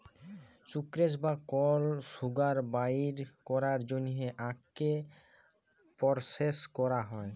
sucrose বা কল sugar বাইর ক্যরার জ্যনহে আখকে পরসেস ক্যরা হ্যয়